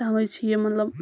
تَوَے چھُ یہِ مطلَب